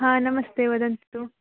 हा नमस्ते वदन्तु